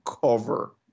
cover